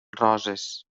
roses